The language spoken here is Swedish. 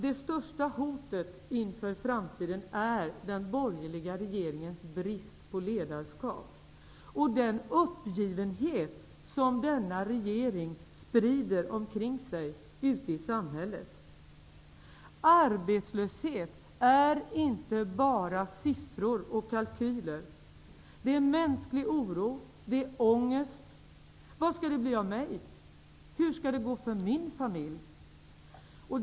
Det största hotet inför framtiden är den borgerliga regeringens brist på ledarskap och den uppgivenhet som denna regering sprider omkring sig ute i samhället. Arbetslöshet är inte bara siffror och kalkyler. Det är mänsklig oro och ångest. Vad skall det bli av mig? Hur skall det gå för min familj?